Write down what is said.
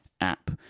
app